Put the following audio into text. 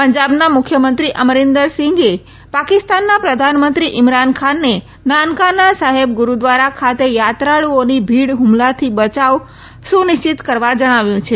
પંજાબના મુખ્યમંત્રી અમરિંદર સિંઘે પાકિસ્તાનના પ્રધાનમંત્રી ઇમરાન ખાનને નાનકાના સાહિલ ગુડુદ્વારા ખાતે યાત્રાળુઓનો લીડ હુમલાથી બચાવ સુનિશ્ચિત કરવા જણાવ્યું છે